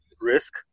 risk